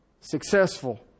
successful